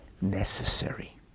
necessary